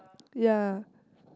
ya